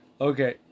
Okay